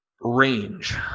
range